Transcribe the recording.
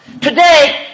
Today